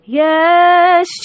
yes